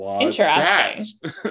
Interesting